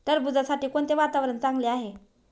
टरबूजासाठी कोणते वातावरण चांगले आहे?